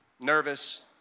nervous